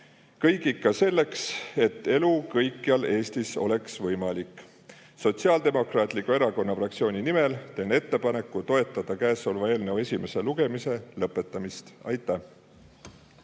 Kõik ikka selleks, et elu kõikjal Eestis oleks võimalik. Sotsiaaldemokraatliku Erakonna fraktsiooni nimel teen ettepaneku toetada käesoleva eelnõu esimese lugemise lõpetamist. Aitäh